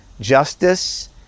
justice